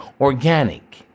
organic